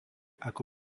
ako